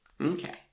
Okay